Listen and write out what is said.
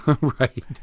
Right